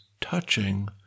touching